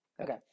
Okay